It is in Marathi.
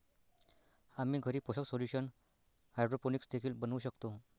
आम्ही घरी पोषक सोल्यूशन हायड्रोपोनिक्स देखील बनवू शकतो